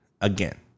again